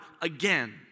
again